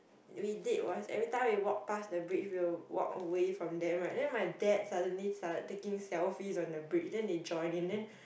we did was every time we walk past the bridge we will walk away from them right then my dad suddenly started taking selfies on the bridge then they joined in then